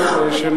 בבקשה.